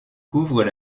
couvrent